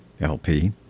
LP